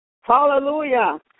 Hallelujah